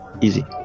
easy